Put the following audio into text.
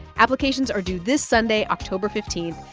applications are due this sunday, october fifteen.